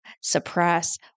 suppress